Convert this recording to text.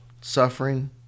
suffering